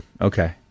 Okay